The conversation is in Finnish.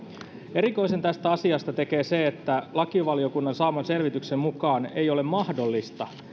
erikoisen tästä asiasta tekee se että lakivaliokunnan saaman selvityksen mukaan ei ole mahdollista